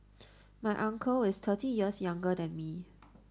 my uncle is thirty years younger than me